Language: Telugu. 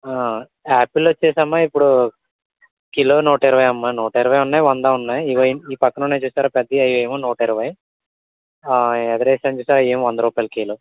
ఆపిల్లు వచ్చి అమ్మ ఇప్పుడు కిలో నూట ఇరవై అమ్మ నూట ఇరవై ఉన్నాయి వంద ఉన్నాయి ఇదిగో ఈ పక్కన ఉన్నాయి చూసారా పెద్దవి అవి ఏమో నూట ఇరవై ఎదరు వేసాను చూసారా అవి ఏమో వంద రూపాయలు కిలో